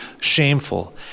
shameful